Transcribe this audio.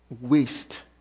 waste